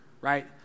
right